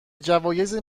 جوایزی